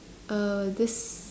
uh this